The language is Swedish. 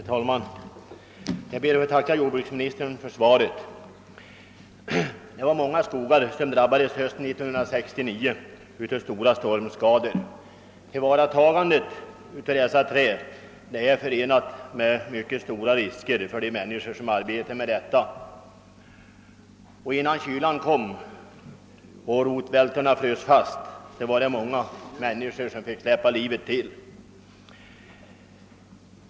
Herr talman! Jag ber att få tacka jordbruksministern för svaret. Många skogar drabbades hösten 1969 av stora stormskador. Tillvaratagandet av de skadade träden är förenat med mycket stora risker för de människor som arbetar därmed — innan kylan kom och rotvältorna frös fast fick många människor släppa livet till.